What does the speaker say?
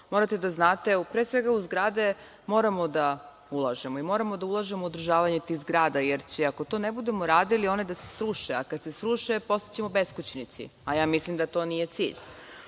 morate da znate, pre svega u zgrade moramo da ulažemo i moramo da ulažemo u održavanje tih zgrada, jer će, ako to ne budemo radili, one da se sruše, a kada se sruše postaćemo beskućnici, a mislim da to nije cilj. Prema